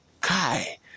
Kai